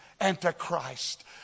Antichrist